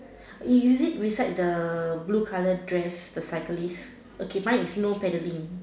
is is it beside the blue colour dress the cyclist okay mine is no paddling